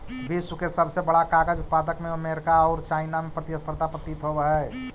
विश्व के सबसे बड़ा कागज उत्पादक में अमेरिका औउर चाइना में प्रतिस्पर्धा प्रतीत होवऽ हई